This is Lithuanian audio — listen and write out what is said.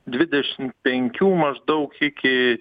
dvidešim penkių maždaug iki